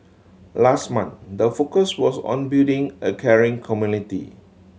last month the focus was on building a caring community